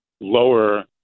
lower